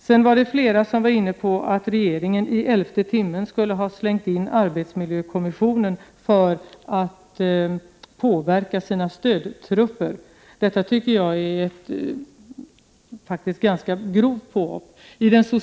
Sedan var det flera talare som var inne på att regeringen i elfte timmen skulle ha slängt in arbetsmiljökommissionen för att påverka sina stödtrupper. Detta tycker jag faktiskt är ett ganska grovt påhopp.